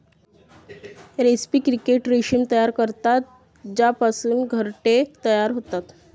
रेस्पी क्रिकेट रेशीम तयार करतात ज्यापासून घरटे तयार होतात